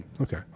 Okay